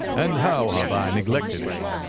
and how have i neglected it?